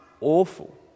awful